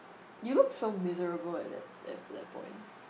you look so miserable at that that that point